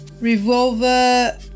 Revolver